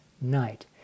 night